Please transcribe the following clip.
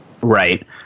right